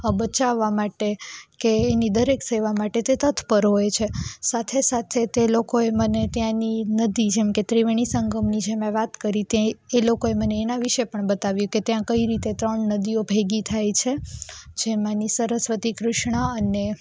બચાવા માટે કે એની દરેક સેવા માટે તે તત્પર હોય છે સાથે સાથે તે લોકોએ મને ત્યાંની નદી જેમકે ત્રિવેણી સંગમની જે મેં વાત કરી ત્યાં એ લોકોએ મને એનાં વિષે પણ બતાવ્યું કે ત્યાં કઈ રીતે ત્રણ નદીઓ ભેગી થાય છે જેમાંની સરસ્વતી કૃષ્ણા અને